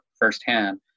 firsthand